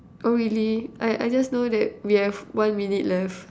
oh really I I just know that we have one minute left